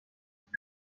درست